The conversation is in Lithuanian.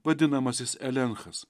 vadinamasis elenchas